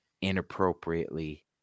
inappropriately